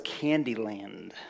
Candyland